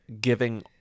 giving